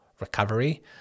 recovery